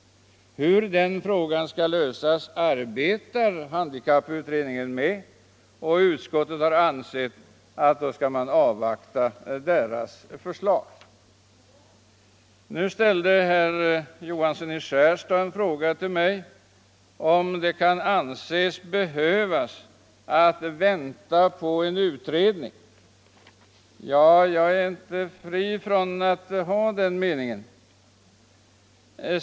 Hur den frågan skall lösas arbetar handikapputredningen med, och utskottet har ansett att vi skall avvakta dess förslag. Herr Johansson i Skärstad frågade mig om det är nödvändigt att vänta på en utredning. Jag har faktiskt den uppfattningen.